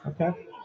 Okay